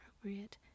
appropriate